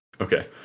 Okay